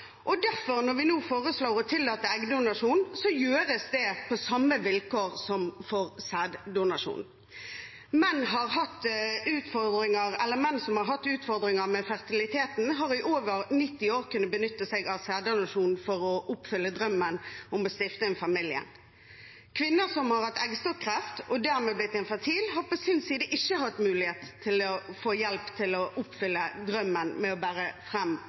og derfor, når vi nå foreslår å tillate eggdonasjon, gjøres det på samme vilkår som for sæddonasjon. Menn som har hatt utfordringer med fertiliteten, har i over 90 år kunnet benytte seg av sæddonasjon for å oppfylle drømmen om å stifte familie. Kvinner som har hatt eggstokkreft og dermed blitt infertile, har på sin side ikke hatt mulighet til å få hjelp til å oppfylle drømmen med å bære